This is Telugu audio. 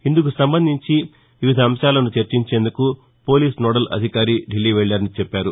ఇందుకు సంబంధించి వివిధ అంశాలను చర్చించేందుకు పోలీసు నోడల్ అధికారి జితేందర్ ఢిల్లీ వెళ్లారని చెప్పారు